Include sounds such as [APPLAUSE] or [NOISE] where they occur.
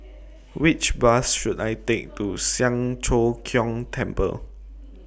[NOISE] Which Bus should I Take to Siang Cho Keong Temple